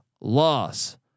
loss